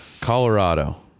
Colorado